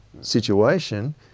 situation